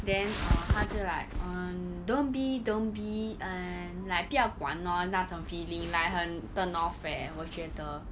then err 他就 like um don't be don't be err like 不要管 lor 那种 feeling like 很 turn off eh 我觉得